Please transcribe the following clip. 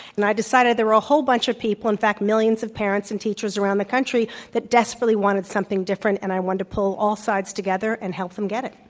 and i decided there were a whole bunch of people in fact, millions of parents and teachers around the country, that desperately wanted something different. and i wanted to pull all sides together and help them get it.